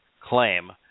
claim